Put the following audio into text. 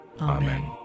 Amen